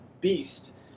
beast